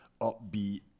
upbeat